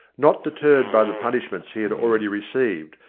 not deterred by the punishments he had already received,